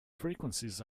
frequencies